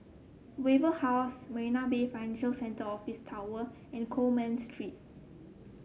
Wave House Marina Bay Financial Centre and Office Tower and Coleman Street